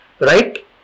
Right